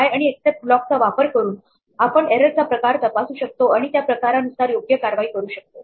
try आणि except ब्लॉकचा वापर करून आपण एरर चा प्रकार तपासू शकतो आणि त्या प्रकारानुसार योग्य कारवाई करू शकतो